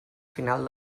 final